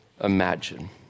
imagine